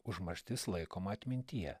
užmarštis laikoma atmintyje